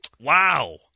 Wow